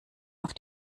auf